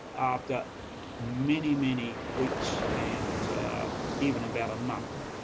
after many many weeks and even about a month,